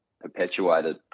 perpetuated